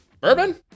Bourbon